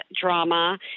drama